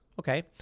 Okay